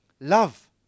love